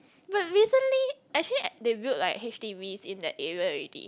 but recently actually they built like h_d_b in that area already